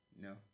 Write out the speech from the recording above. no